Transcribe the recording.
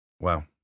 Wow